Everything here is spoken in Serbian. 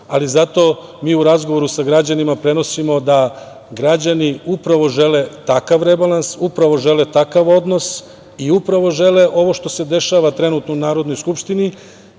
Zato mi u razgovoru sa građanima prenosimo da građani upravo žele takav rebalans, upravo žele takav odnos i upravo žele ovo što se dešava trenutno u Narodnoj skupštini